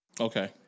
Okay